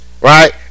Right